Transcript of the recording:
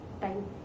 time